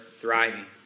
thriving